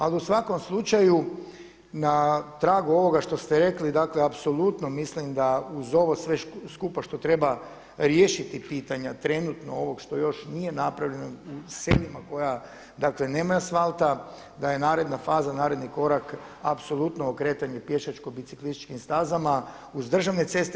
Ali u svakom slučaju na tragu ovo što ste rekli, dakle apsolutno mislim da uz ovo sve skupa što treba riješiti pitanja trenutno ovog što još nije napravljano u selima koja dakle nema asfalta, da je naredna faza, naredni korak apsolutno okretanje pješačko biciklističkim stazama uz državne ceste.